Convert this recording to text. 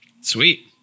Sweet